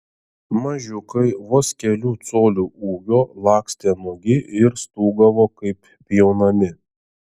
mažiukai vos kelių colių ūgio lakstė nuogi ir stūgavo kaip pjaunami